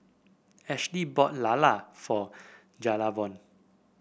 Ashlee bought lala for Jayvon